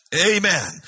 Amen